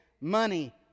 money